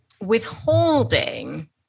withholding